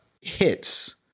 hits